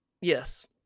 Yes